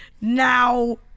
now